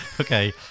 Okay